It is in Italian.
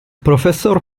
professor